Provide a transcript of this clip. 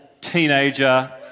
teenager